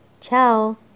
ciao